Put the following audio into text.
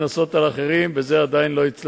כשנכנסתי למשרד היו לנו 34 שוטרים במשטרה הירוקה,